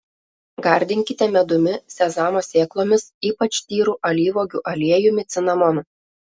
gardinkite medumi sezamo sėklomis ypač tyru alyvuogių aliejumi cinamonu